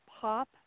pop